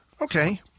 Okay